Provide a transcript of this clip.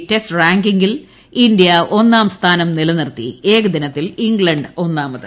test റാങ്കിംഗിൽ India ഒന്നാംസ്ഥാനം നിലനിർത്തി ഏകദിനത്തിൽ ഇംഗ്ല ് ഒന്നാമത്